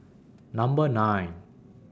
Number nine